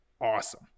awesome